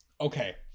Okay